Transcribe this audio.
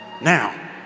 Now